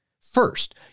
First